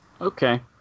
Okay